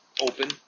open